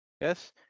Yes